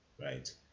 right